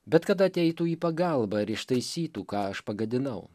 bet kad ateitų į pagalbą ir ištaisytų ką aš pagadinau